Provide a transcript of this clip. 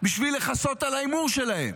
בשביל לכסות על ההימור שלהם.